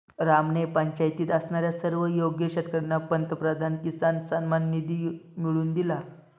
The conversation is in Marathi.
रामने पंचायतीत असणाऱ्या सर्व योग्य शेतकर्यांना पंतप्रधान किसान सन्मान निधी मिळवून दिला